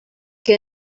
que